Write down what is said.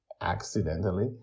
accidentally